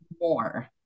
more